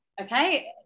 okay